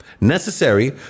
Necessary